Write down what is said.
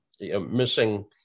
missing